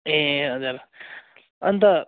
ए हजुर अन्त